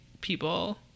people